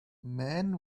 man